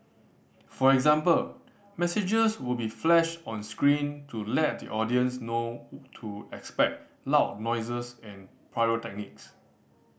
for example messages will be flashed on screen to let the audience know to expect loud noises and pyrotechnics